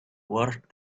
worth